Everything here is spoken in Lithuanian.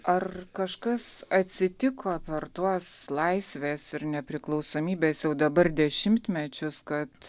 ar kažkas atsitiko per tuos laisvės ir nepriklausomybės jau dabar dešimtmečius kad